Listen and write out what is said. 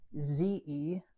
Z-E